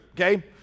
Okay